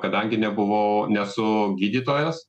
kadangi nebuvau nesu gydytojas